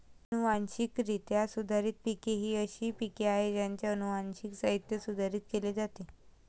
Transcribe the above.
अनुवांशिकरित्या सुधारित पिके ही अशी पिके आहेत ज्यांचे अनुवांशिक साहित्य सुधारित केले जाते